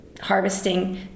harvesting